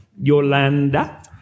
Yolanda